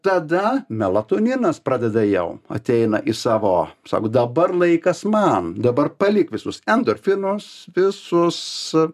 tada melatoninas pradeda jau ateina į savo kaip sako dabar laikas man dabar palik visus endorfinus visus